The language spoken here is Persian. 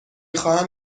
خواهم